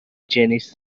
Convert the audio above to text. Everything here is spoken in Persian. جنیس